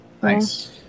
Thanks